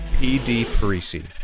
pdparisi